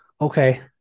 Okay